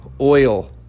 oil